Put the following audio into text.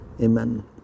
Amen